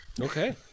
Okay